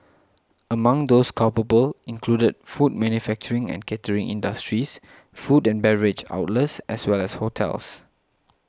among those culpable included food manufacturing and catering industries food and beverage outlets as well as hotels